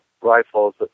rifles